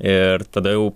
ir tada jau